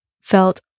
felt